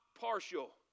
partial